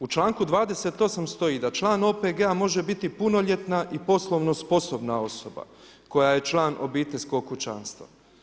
U čl. 28. stoji da član OPG-a može biti punoljetna i poslovno sposobno osoba, koja je član obiteljskog kućanstva.